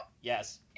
Yes